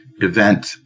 event